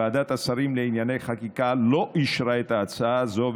ועדת השרים לענייני חקיקה לא אישרה את ההצעה הזו,